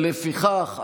לפיכך,